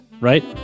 right